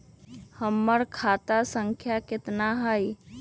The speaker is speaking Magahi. हमर खाता संख्या केतना हई?